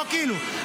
לא כאילו.